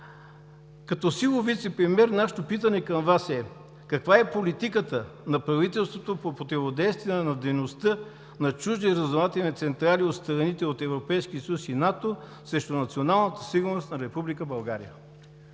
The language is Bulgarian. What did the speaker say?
като силов вицепремиер нашето питане към Вас е: каква е политиката на правителството по противодействие на дейността на чужди разузнавателни централи от страните от Европейския съюз и НАТО срещу националната сигурност на Република